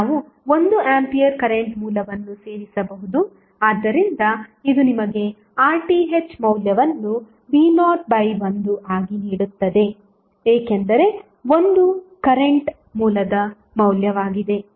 ನಾವು 1 ampere current ಮೂಲವನ್ನು ಸೇರಿಸಬಹುದು ಆದ್ದರಿಂದ ಇದು ನಿಮಗೆ RTh ಮೌಲ್ಯವನ್ನು v01 ಆಗಿ ನೀಡುತ್ತದೆ ಏಕೆಂದರೆ 1 ಕರೆಂಟ್ ಮೂಲದ ಮೌಲ್ಯವಾಗಿದೆ